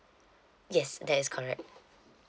yes that is correct